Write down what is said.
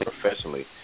professionally